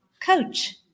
coach